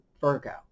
Virgo